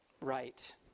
right